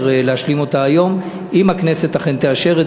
ואכן הכנסת הגדילה את